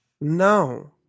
No